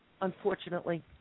unfortunately